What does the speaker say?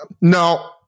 no